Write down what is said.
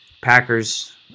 Packers